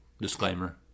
Disclaimer